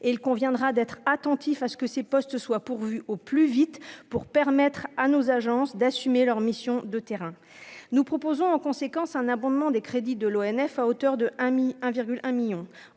il conviendra d'être attentif à ce que ces postes soient pourvus au plus vite pour permettre à nos agences d'assumer leurs missions de terrain nous proposons en conséquence un abondement des crédits de l'ONF à hauteur de 1 mis